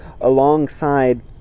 alongside